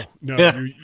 no